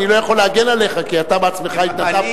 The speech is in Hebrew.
אני לא יכול להגן עליך כי אתה בעצמך התנדבת.